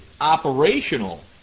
operational